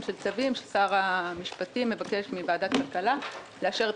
של צווים כששר המשפטים מבקש מוועדת הכלכלה לאשר את